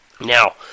Now